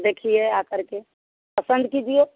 देखिए आकर के पसंद कीजिए